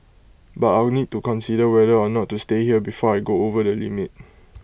but I'll need to consider whether or not to stay here before I go over the limit